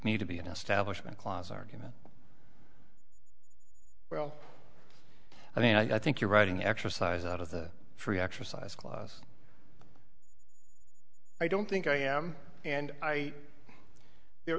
me to be an establishment clause argument well i mean i think you're writing exercise out of the free exercise class i don't think i am and i